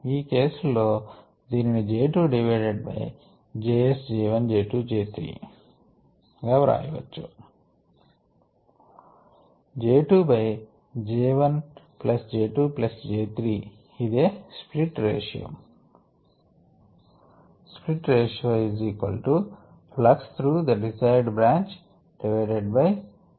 ఈ కేస్ లో దీనిని J 2 divided by Js J 1 J 2 J 3 గా వ్రాయవచ్చు